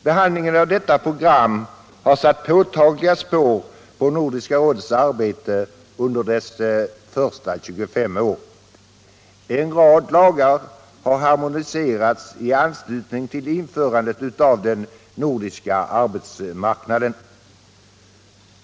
Behandlingen av detta program har satt påtagliga spår i Nordiska rådets arbete under dess första 25 år. En rad lagar har harmoniserats i anslutning till införandet av den nordiska arbetsmarknaden.